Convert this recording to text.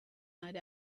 night